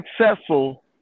successful